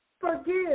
Forgive